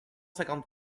cinquante